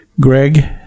Greg